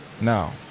Now